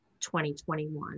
2021